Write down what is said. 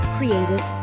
Creative